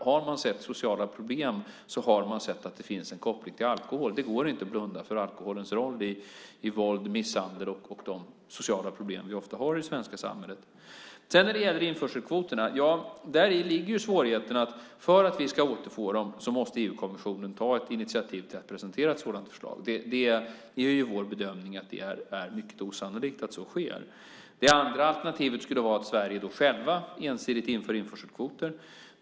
Har man sett sociala problem har man sett att det finns en koppling till alkohol. Det går inte att blunda för alkoholens roll i våld, misshandel och de sociala problem vi ofta har i det svenska samhället. Sedan var det frågan om införselkvoterna. Svårigheten ligger i att för att vi ska återfå dem måste EU-kommissionen ta ett initiativ till att presentera ett sådant förslag. Det är vår bedömning att det är mycket osannolikt att så sker. Det andra alternativet skulle vara att Sverige självt ensidigt inför införselkvoter.